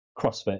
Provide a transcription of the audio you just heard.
CrossFit